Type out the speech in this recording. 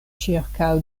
ĉirkaŭ